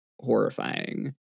horrifying